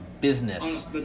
business